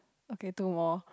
okay two more